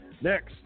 Next